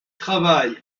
travaille